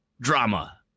drama